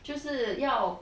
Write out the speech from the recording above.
就是要